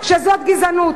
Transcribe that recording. שאומרים שזו גזענות.